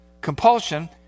compulsion